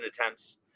attempts